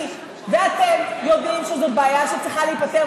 אני ואתם יודעים שזאת בעיה שצריכה להיפתר,